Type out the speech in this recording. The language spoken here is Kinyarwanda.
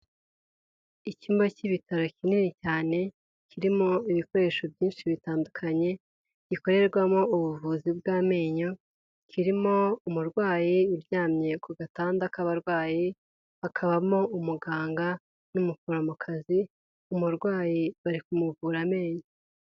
Icyumba cy'ibitaro kinini cyane, kirimo ibikoresho byinshi bitandukanye, gikorerwamo ubuvuzi bw'amenyo, kirimo umurwayi uryamye ku gatanda k'abarwayi, hakabamo umuganga n'umuforomokazi, umurwayi bari kumuvura amenyo.